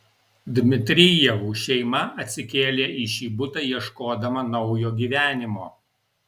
dmitrijevų šeima atsikėlė į šį butą ieškodama naujo gyvenimo